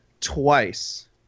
twice